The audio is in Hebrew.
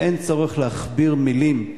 ואין צורך להכביר מלים,